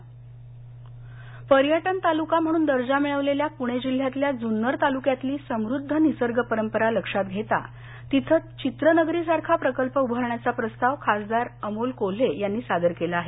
जन्नर पर्यटन तालुका म्हणून दर्जा मिळवलेल्या पुणे जिल्ह्यातल्या जुन्नर तालुक्यातली समुद्ध निसर्गसंपदा लक्षात घेता तिथं चित्रनगरी सारखा प्रकल्प उभारण्याचा प्रस्ताव खासदार अमोल कोल्हे यांनी सादर केला आहे